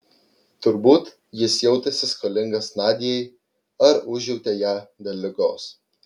turbūt jis jautėsi skolingas nadiai ar užjautė ją dėl ligos